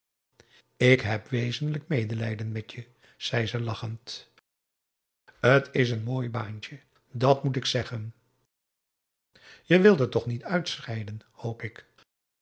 ik heb wezenlijk medelijden met je zei ze lachend t is n mooi baantje dat moet ik zeggen je wilt er toch niet uitscheiden hoop ik